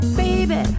baby